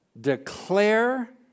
declare